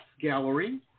gallery